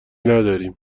نداریم